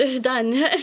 Done